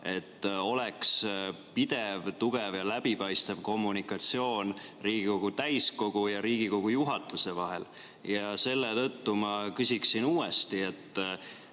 et oleks pidev, tugev ja läbipaistev kommunikatsioon Riigikogu täiskogu ja Riigikogu juhatuse vahel. Selle tõttu ma küsin uuesti.